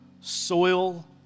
Soil